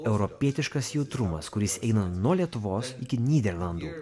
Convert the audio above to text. europietiškas jautrumas kuris eina nuo lietuvos iki nyderlandų